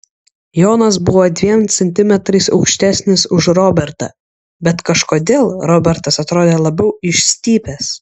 jonas buvo dviem centimetrais aukštesnis už robertą bet kažkodėl robertas atrodė labiau išstypęs